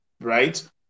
right